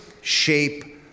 shape